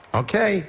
okay